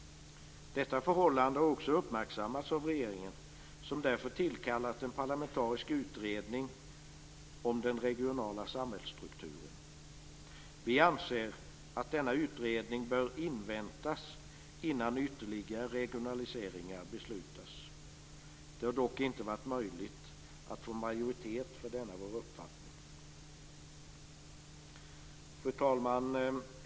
Detta förhållande har också uppmärksammats av regeringen, som därför tillkallat en parlamentarisk utredning om den regionala samhällsstrukturen. Vi anser att denna utredning bör inväntas innan ytterligare regionaliseringar beslutas. Det har dock inte varit möjligt att få majoritet för denna vår uppfattning. Fru talman!